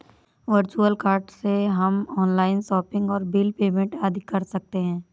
virtual card से हम online shopping और बिल पेमेंट आदि कर सकते है